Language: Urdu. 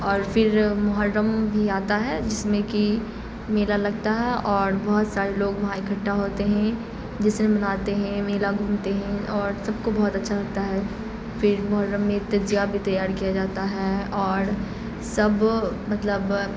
اور پھر محرم بھی آتا ہے جس میں کی میلا لگتا ہے اور بہت سارے لوگ وہاں اکٹھا ہوتے ہیں جسن مناتے ہیں میلا گھومتے ہیں اور سب کو بہت اچھا لگتا ہے پھر محرم میں تعزیہ بھی تیار کیا جاتا ہے اور سب مطلب